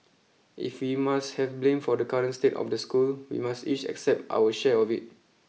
if we must have blame for the current state of the school we must each accept our share of it